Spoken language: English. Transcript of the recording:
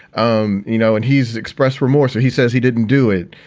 um you know, and he's expressed remorse. so he says he didn't do it.